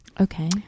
okay